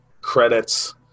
credits